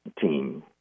team